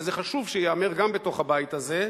וזה חשוב שייאמר גם בתוך הבית הזה,